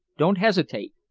don't hesitate.